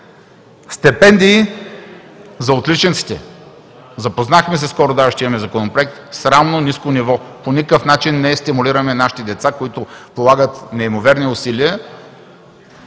Стипендии за отличниците. Запознахме се със Законопроекта – срамно ниско ниво. По никакъв начин не стимулираме нашите деца, които полагат неимоверни усилия